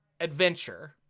adventure